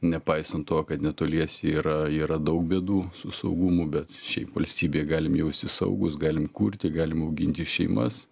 nepaisant to kad netoliese yra yra daug bėdų su saugumu bet šiaip valstybėj galim jaustis saugūs galim kurti galim auginti šeimas